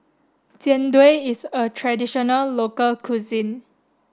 Jian Dui is a traditional local cuisine